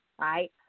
right